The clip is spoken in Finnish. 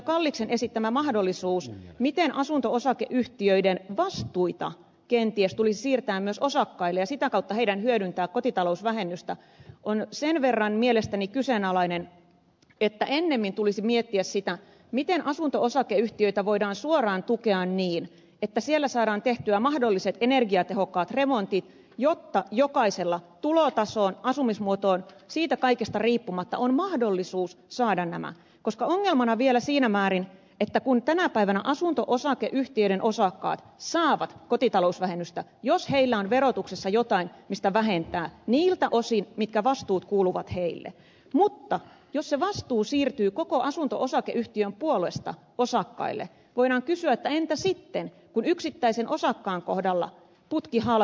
kalliksen esittämä mahdollisuus miten asunto osakeyhtiöiden vastuita kenties tulisi siirtää myös osakkaille niin että he sitä kautta voisivat hyödyntää kotitalousvähennystä on sen verran mielestäni kyseenalainen että ennemmin tulisi miettiä sitä miten asunto osakeyhtiöitä voidaan suoraan tukea niin että siellä saadaan tehtyä mahdolliset energiatehokkaat remontit jotta jokaisella tulotasosta ja asumismuodosta riippumatta on mahdollisuus saada nämä koska ongelmana on vielä se että kun tänä päivänä asunto osakeyhtiöiden osakkaat saavat kotitalousvähennystä jos heillä on verotuksessa jotain mistä vähentää niiltä osin mitkä vastuut kuuluvat heille mutta jos se vastuu siirtyy koko asunto osakeyhtiön puolesta osakkaille voidaan kysyä että entä sitten kun yksittäisen osakkaan kohdalla putki halkeaa